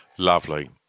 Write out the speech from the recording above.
Lovely